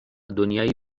دنیایی